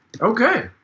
okay